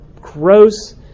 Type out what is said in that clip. gross